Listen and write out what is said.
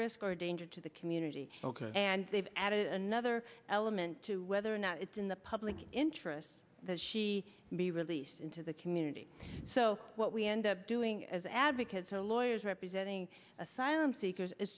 risk or a danger to the community ok and they've added another element to whether or not it's in the public interest that she be released into the community so what we end up doing as advocates a lawyers representing asylum seekers